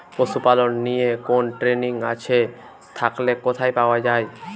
পশুপালন নিয়ে কোন ট্রেনিং আছে থাকলে কোথায় পাওয়া য়ায়?